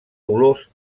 dolors